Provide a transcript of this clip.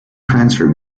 transfer